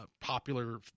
popular